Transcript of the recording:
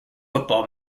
football